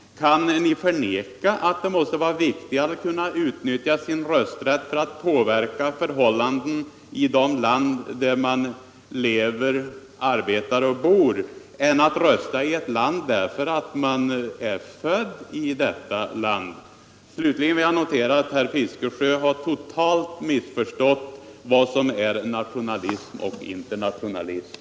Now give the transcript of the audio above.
Kan ni förneka att det måste vara viktigare att kunna utnyttja sin rösträtt för att påverka förhållanden i ett land där man lever, bor och arbetar än att rösta i ett land därför att man är född i det landet? Slutligen noterar jag att herr Fiskesjö har totalt missförstått vad som är nationalism och internationalism.